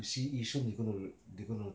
you see yishun they're going to they're going to